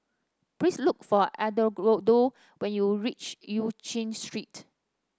please look for Edgardo when you reach Eu Chin Street